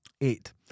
Eight